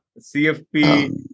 CFP